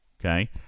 okay